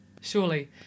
Surely